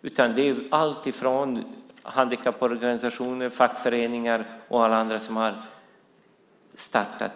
Det är alltifrån handikapporganisationer till fackföreningar och alla andra som har startat